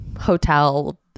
hotel